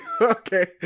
Okay